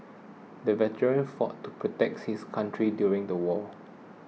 the veteran fought to protect his country during the war